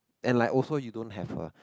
and like also you don't have a